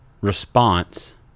response